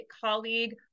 colleague